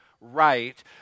right